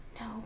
No